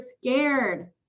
scared